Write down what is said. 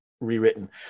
rewritten